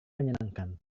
menyenangkan